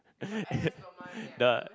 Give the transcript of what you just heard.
the